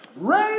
Raise